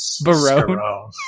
Barone